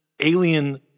alien